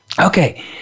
Okay